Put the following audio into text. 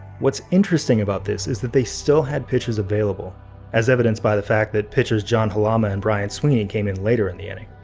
what's interesting about this is that they still had pitchers available as evidenced by the fact that pitchers, john halama and brian sweeney came in later in the inning.